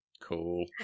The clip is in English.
Cool